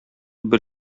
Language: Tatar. бер